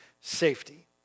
safety